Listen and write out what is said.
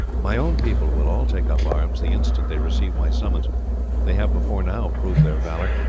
my own people will all take up arms the instant they receive my summons they have before now proved their valour,